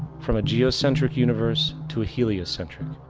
from a geocentric universe to a heliocentric,